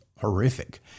horrific